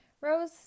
Rose